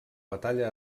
batalla